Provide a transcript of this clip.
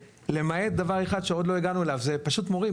למעט דבר אחד שעוד לא הגענו אליו, זה פשוט מורים.